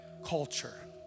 culture